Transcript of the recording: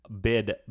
bid